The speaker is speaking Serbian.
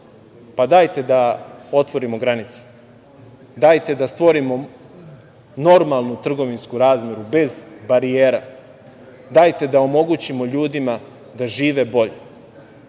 Pa, dajte da otvorimo granice. Dajte da stvorimo normalnu trgovinsku razmenu, bez barijera. Dajte da omogućimo ljudima da žive bolje